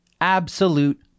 Absolute